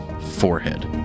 forehead